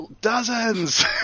dozens